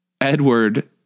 Edward